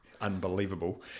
unbelievable